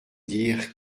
dire